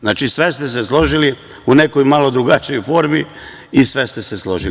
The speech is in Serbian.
Znači, sve ste se složili u nekoj malo drugačijoj formi i sve ste se složili.